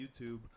YouTube